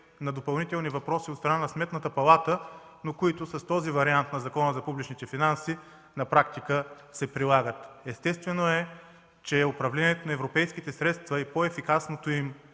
на допълнителни въпроси от страна на Сметната палата, но които с този вариант на Закона за публичните финанси в действителност се прилагат. Естествено, че управлението на европейските средства и по-ефикасното им